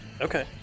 Okay